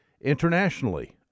internationally